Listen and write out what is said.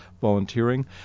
volunteering